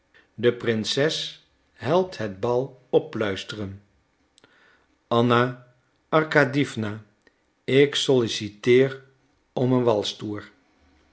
de prinses helpt het bal opluisteren anna arkadiewna ik solliciteer om een